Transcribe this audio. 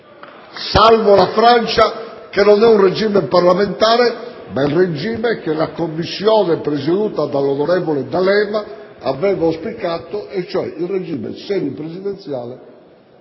salvo la Francia che non è un regime parlamentare, ma è il regime che la Commissione presieduta dall'attuale ministro D'Alema aveva auspicato, cioè il regime semipresidenziale